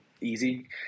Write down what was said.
easy